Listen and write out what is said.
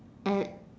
and